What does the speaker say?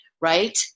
right